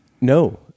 No